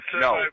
no